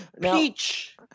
peach